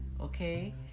okay